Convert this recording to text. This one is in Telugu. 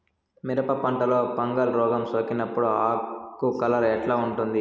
మిరప పంటలో ఫంగల్ రోగం సోకినప్పుడు ఆకు కలర్ ఎట్లా ఉంటుంది?